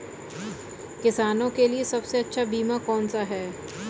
किसानों के लिए सबसे अच्छा बीमा कौन सा है?